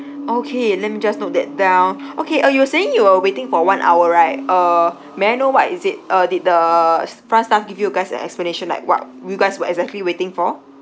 okay let me just note that down okay uh you were saying you were waiting for one hour right uh may I know what is it uh did the front staff give you guys an explanation like what you guys were exactly waiting for